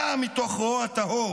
ואם סתם מתוך רוע טהור,